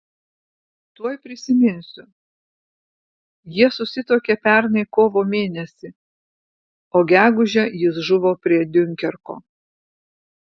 tuoj prisiminsiu jie susituokė pernai kovo mėnesį o gegužę jis žuvo prie diunkerko